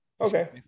Okay